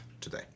today